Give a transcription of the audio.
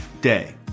day